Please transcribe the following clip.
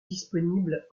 disponible